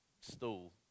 stool